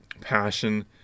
passion